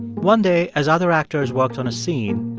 one day, as other actors worked on a scene,